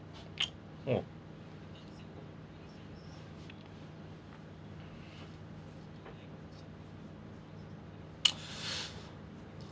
oh